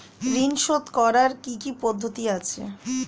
ঋন শোধ করার কি কি পদ্ধতি আছে?